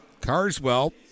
Carswell